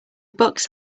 bucks